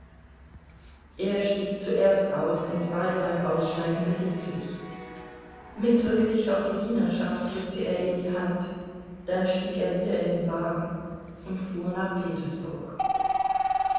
er stieg zuerst aus und war ihr beim aussteigen behilflich mit rücksicht auf die dienerschaft drückte er ihr die hand dann stieg er wieder in den wagen und fuhr nach petersburg